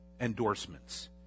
endorsements